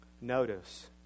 Notice